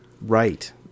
Right